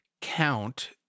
count